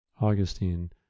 Augustine